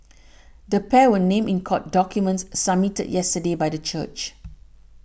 the pair were named in court documents submitted yesterday by the church